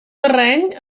terreny